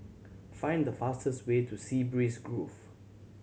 find the fastest way to Sea Breeze Grove